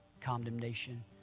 condemnation